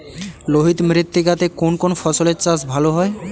লোহিত মৃত্তিকা তে কোন কোন ফসলের চাষ ভালো হয়?